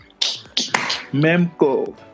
Memco